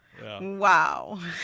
Wow